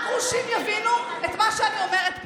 רק גרושים יבינו את מה שאת אומרת פה.